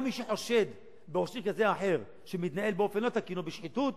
גם מי שחושד בראש עיר כזה או אחר שמתנהל באופן לא תקין או בשחיתות,